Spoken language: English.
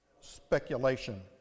speculation